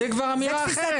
זו כבר אמירה אחרת.